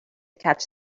catch